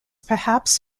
perhaps